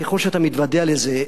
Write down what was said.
ככל שאתה מתוודע לזה,